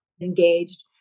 engaged